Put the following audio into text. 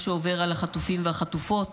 מה שעובר על החטופים והחטופות